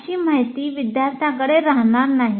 अशी माहिती विद्यार्थ्यांकडे राहणार नाही